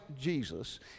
Jesus